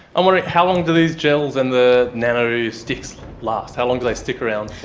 i'm wondering, how long do these gels and the nano-sticks last, how long do they stick around